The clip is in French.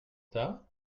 retard